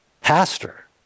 Pastor